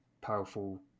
powerful